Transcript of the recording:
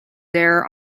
there